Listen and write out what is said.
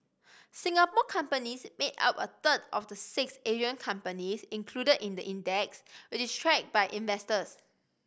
Singapore companies made up a third of the six Asian companies included in the index which is tracked by investors